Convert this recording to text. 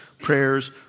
prayers